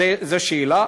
זו שאלה.